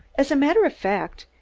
as a matter of fact,